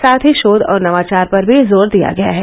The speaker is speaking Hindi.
साथ ही शोध और नवाचार पर भी जोर दिया गया है